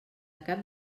cap